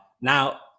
now